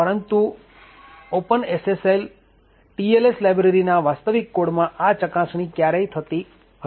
પરંતુ open SSL TLS library ના વાસ્તવિક કોડ માં આ ચકાસણી ક્યારેય થતી ના હતી